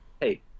hey